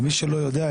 למי שלא יודע,